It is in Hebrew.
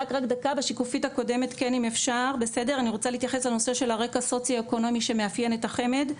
אני רוצה להתייחס לנושא של הרקע סוציו אקונומי שמאפיין את החמ"ד.